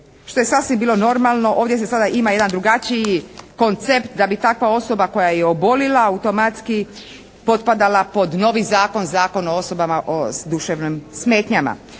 što je sasvim bilo normalno. Ovdje za sada ima jedan drugačiji koncept da bi takva osoba koja je obolila automatski potpadala pod novi zakon, Zakon o osobama s duševnim smetnjama.